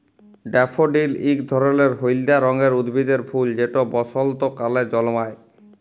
daffodil ইক ধরলের হইলদা রঙের উদ্ভিদের ফুল যেট বসল্তকালে জল্মায়